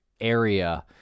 area